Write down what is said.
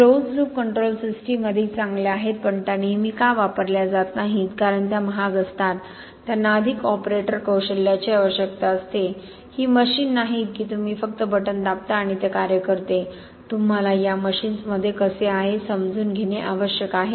closed loop control system अधिक चांगल्या आहेत पण त्या नेहमी का वापरल्या जात नाहीत कारण त्या महाग असतात त्यांना अधिक ऑपरेटर कौशल्याची आवश्यकता असते ही मशिन नाहीत की तुम्ही फक्त बटण दाबता आणि ते कार्य करते तुम्हाला या मशीन्समध्ये कसे आहे हे समजून घेणे आवश्यक आहे